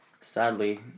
sadly